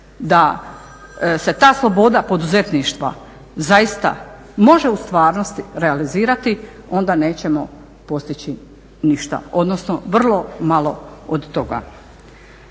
da se ta sloboda poduzetništva zaista može u stvarnosti realizirati onda nećemo postići ništa odnosno vrlo malo od toga.